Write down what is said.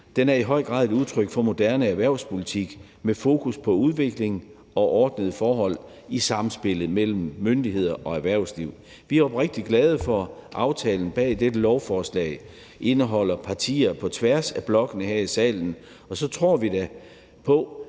Det er i høj grad et udtryk for moderne erhvervspolitik med fokus på udvikling og ordnede forhold i samspillet mellem myndigheder og erhvervsliv. Vi er oprigtigt glade for, at aftalen bag dette lovforslag indeholder partier på tværs af blokkene her i salen, og så tror vi da på,